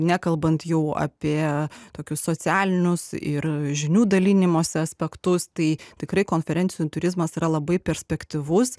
nekalbant jau apie tokius socialinius ir žinių dalinimosi aspektus tai tikrai konferencijų turizmas yra labai perspektyvus